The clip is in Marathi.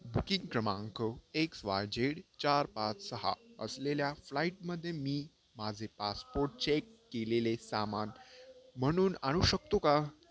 बुकिंग क्रमांक एक्स वाय झेड चार पाच सहा असलेल्या फ्लाईटमध्येे मी माझे पासपोर्ट चेक केलेले सामान म्हणून आणू शकतो का